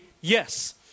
yes